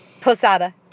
Posada